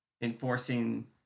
enforcing